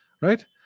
right